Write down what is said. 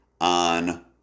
on